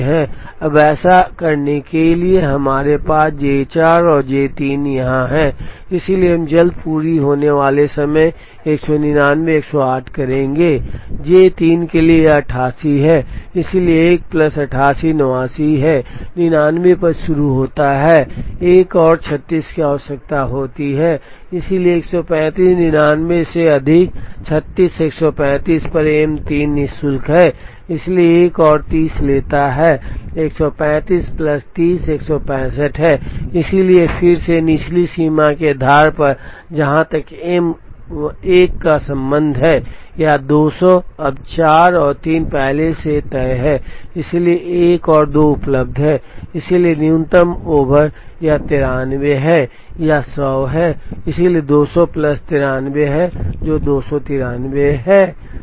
अब ऐसा करने के लिए हमारे पास J 4 और J 3 यहाँ हैं इसलिए हम जल्दी पूरा होने वाले समय 199 और 108 करेंगे J 3 के लिए यह 88 है इसलिए 1 प्लस 88 89 है 99 पर शुरू होता है एक और 36 की आवश्यकता होती है इसलिए 135 99 से अधिक 36 135 पर एम 3 नि शुल्क है इसलिए एक और 30 लेता है 135 प्लस 30 165 है इसलिए फिर से निचली सीमा के आधार पर जहां तक एम 1 का संबंध है यह 200 अब 4 और 3 पहले से तय हैं इसलिए 1 और 2 उपलब्ध हैं इसलिए न्यूनतम ओवर यह 93 है यह 100 है इसलिए 200 प्लस 93 है जो 293 है